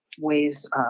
ways